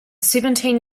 seventeen